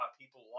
people